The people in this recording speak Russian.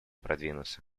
продвинуться